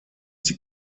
die